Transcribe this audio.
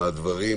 מהדברים